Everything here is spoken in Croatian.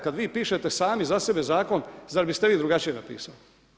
Kad vi pišete sami za sebe zakon zar biste vi drugačije napisali?